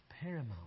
paramount